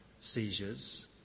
seizures